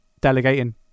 delegating